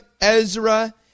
Ezra